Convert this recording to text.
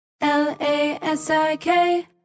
L-A-S-I-K